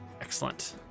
Excellent